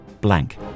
blank